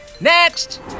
Next